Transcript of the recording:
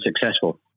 successful